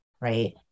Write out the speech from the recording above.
right